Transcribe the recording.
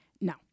No